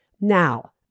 Now